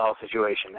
situation